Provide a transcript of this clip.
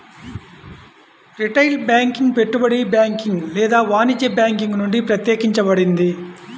retail banking పెట్టుబడి banking లేదా వాణిజ్య బ్యాంకింగ్ నుండి ప్రత్యేకించబడింది